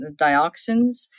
dioxins